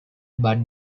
but